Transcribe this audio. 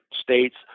states